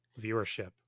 Viewership